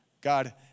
God